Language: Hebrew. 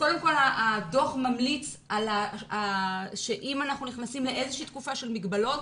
קודם כל הדוח ממליץ ואומר שאם אנחנו נכנסים לאיזושהי תקופה של מגבלות,